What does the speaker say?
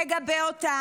תגבה אותם.